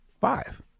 Five